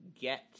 get